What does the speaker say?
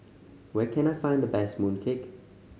where can I find the best mooncake